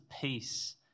peace